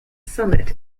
summit